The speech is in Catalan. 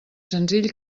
senzill